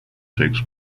takes